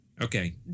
Okay